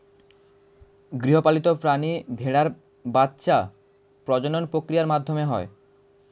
গৃহপালিত প্রাণী ভেড়ার বাচ্ছা প্রজনন প্রক্রিয়ার মাধ্যমে হয়